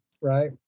Right